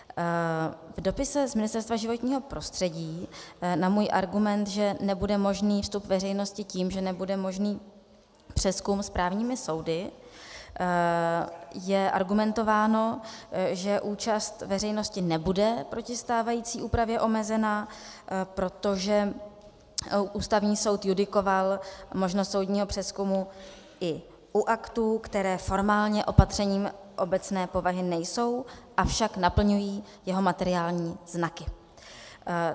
V dopise Ministerstva životního prostředí na můj argument, že nebude možný vstup veřejnosti tím, že nebude možný přezkum správními soudy, je argumentováno, že účast veřejnosti nebude proti stávající úpravě omezena, protože Ústavní soud judikoval možnost soudního přezkumu i u aktů, které formálně opatřeními obecné povahy nejsou, avšak naplňují jeho materiální znaky.